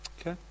Okay